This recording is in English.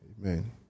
Amen